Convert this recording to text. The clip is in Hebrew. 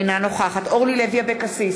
אינה נוכחת אורלי לוי אבקסיס,